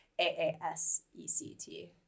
a-a-s-e-c-t